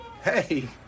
hey